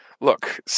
look